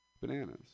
Bananas